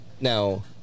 now